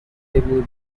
heavily